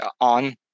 on